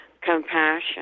compassion